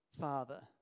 Father